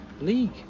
league